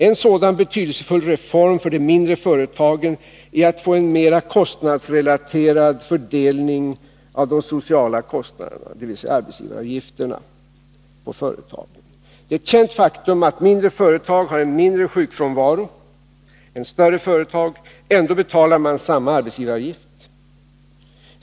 En sådan betydelsefull reform för de mindre företagen är att få en mer kostnadsrelaterad fördelning av de sociala kostnaderna, dvs. arbetsgivaravgifterna, på företagen. Det är ett känt faktum att mindre företag har en mindre sjukfrånvaro än större företag. Ändå betalar man samma arbetsgivaravgift.